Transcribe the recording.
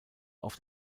auf